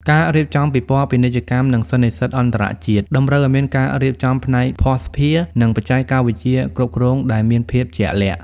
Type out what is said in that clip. ការរៀបចំពិព័រណ៍ពាណិជ្ជកម្ម និងសន្និសីទអន្តរជាតិ តម្រូវឱ្យមានការរៀបចំផ្នែកភស្តុភារ និងបច្ចេកវិទ្យាគ្រប់គ្រងដែលមានភាពជាក់លាក់។